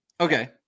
okay